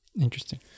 Interesting